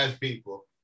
people